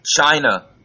China